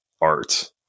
art